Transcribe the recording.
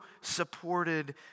supported